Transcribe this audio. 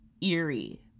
eerie